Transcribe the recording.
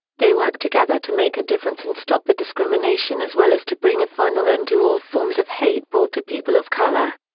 they work together to make a difference and stop the discrimination as well as to bring a final end to all forms of hate brought to people of color.